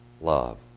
love